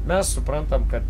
mes suprantam kad